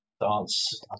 dance